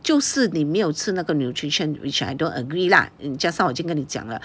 就是你没有吃那个 nutrition which I don't agree lah in just now 就跟你讲了